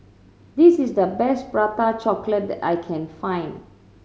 this is the best Prata Chocolate that I can find